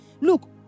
Look